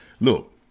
Look